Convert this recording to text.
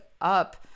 up